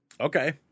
okay